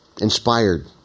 inspired